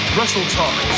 WrestleTalk